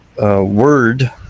word